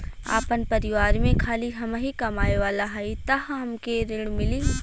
आपन परिवार में खाली हमहीं कमाये वाला हई तह हमके ऋण मिली?